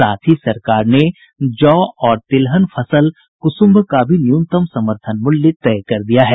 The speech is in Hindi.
साथ ही सरकार ने जौ और तिलहन की फसल कुसुम्भ का भी न्यूनतम समर्थन मूल्य तय कर दिया है